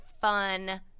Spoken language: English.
fun